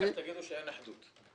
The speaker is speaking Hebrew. ואחר כך תגידו שאין אחדות.